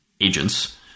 agents